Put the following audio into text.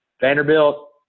Vanderbilt